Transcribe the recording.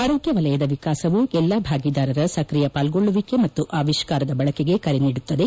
ಆರೋಗ್ಡ ವಲಯದ ವಿಕಾಸವು ಎಲ್ಲಾ ಭಾಗಿದಾರರ ಸಕ್ರಿಯ ಪಾಲ್ಗೊಳ್ಳುವಿಕೆ ಮತ್ತು ಆವಿಷ್ಠಾರದ ಬಳಕೆಗೆ ಕರೆ ನೀಡುತ್ತದೆ